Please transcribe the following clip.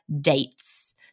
dates